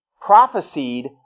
prophesied